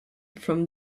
from